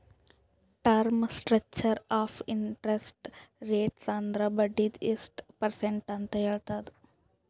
term structure of interest rates ಅಂದುರ್ ಬಡ್ಡಿದು ಎಸ್ಟ್ ಪರ್ಸೆಂಟ್ ಅಂತ್ ಹೇಳ್ತುದ್